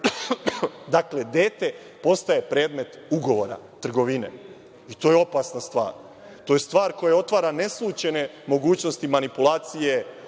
Dakle, dete postaje predmet ugovora trgovine. To je opasna stvar. To je stvar koja otvara neslućene mogućnosti manipulacije,